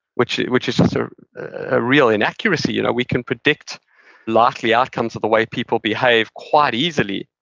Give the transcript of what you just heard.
which which is a real inaccuracy. you know we can predict likely outcomes of the way people behave quite easily.